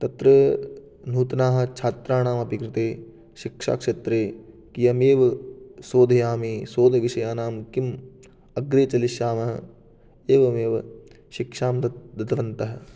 तत्र नूतनाः छात्राणामपि कृते शिक्षाक्षेत्रे इयमेव सोधयामि सोधविषयाणां किम् अग्रे चलिष्यामः एवमेव शिक्षां दद् दतवन्तः